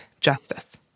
justice